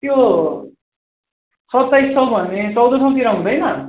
त्यो सत्ताइस सय भन्ने चौध सयतिर हुँदैन